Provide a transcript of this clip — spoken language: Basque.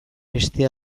beste